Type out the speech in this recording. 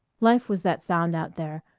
life was that sound out there,